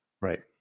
Right